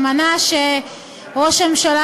אמנה שראש הממשלה,